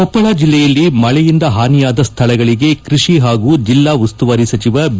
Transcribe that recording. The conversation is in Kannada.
ಕೊಪ್ಪಳ ಜಿಲ್ಲೆಯಲ್ಲಿ ಮಳೆಯಿಂದ ಹಾನಿಯಾದ ಸ್ಥಳಗಳಿಗೆ ಕೃಷಿ ಹಾಗೂ ಜಿಲ್ಲಾ ಉಸ್ತುವಾರಿ ಸಚಿವ ಬಿ